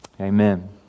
Amen